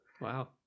Wow